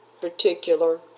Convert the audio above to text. particular